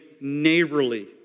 neighborly